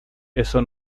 eso